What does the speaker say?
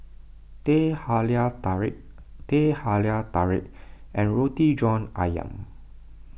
Teh Halia Tarik Teh Halia Tarik and Roti John Ayam